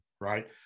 right